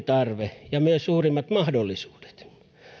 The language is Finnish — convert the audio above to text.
tarve ja myös suurimmat mahdollisuudet